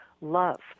love